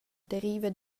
deriva